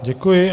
Děkuji.